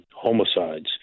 homicides